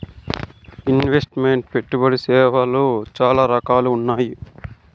invest meant పెట్టుబడి సేవలు చాలా రకాలుగా ఉన్నాయి